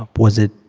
ah was it